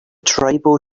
tribal